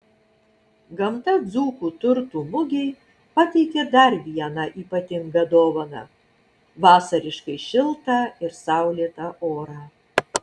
gamta dzūkų turtų mugei pateikė dar vieną ypatingą dovaną vasariškai šiltą ir saulėtą orą